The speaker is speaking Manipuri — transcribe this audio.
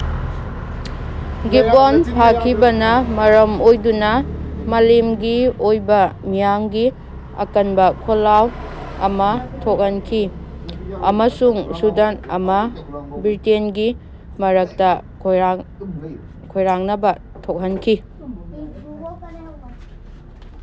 ꯒꯤꯕꯣꯟ ꯐꯥꯈꯤꯕꯅ ꯃꯔꯝ ꯑꯣꯏꯗꯨꯅ ꯃꯥꯂꯦꯝꯒꯤ ꯑꯣꯏꯕ ꯃꯤꯌꯥꯝꯒꯤ ꯑꯀꯟꯕ ꯈꯣꯜꯂꯥꯎ ꯑꯃ ꯊꯣꯛꯍꯟꯈꯤ ꯑꯃꯁꯨꯡ ꯁꯨꯗꯥꯟ ꯑꯃ ꯕ꯭ꯔꯤꯇꯦꯟꯒꯤ ꯃꯔꯛꯇ ꯈꯣꯏꯔꯥꯡꯅꯕ ꯊꯣꯛꯍꯟꯈꯤ